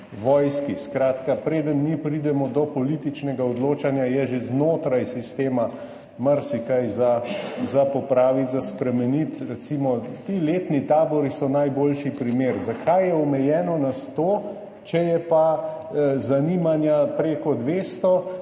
vojski. Skratka, preden mi pridemo do političnega odločanja, je že znotraj sistema marsikaj za popraviti, za spremeniti. Recimo, ti letni tabori so najboljši primer. Zakaj je omejeno na 100, če je pa zanimanje prek 200